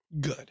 good